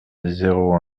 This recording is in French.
zéro